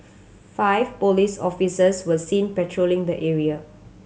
five police officers were seen patrolling the area